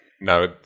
now